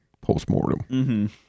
post-mortem